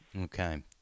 Okay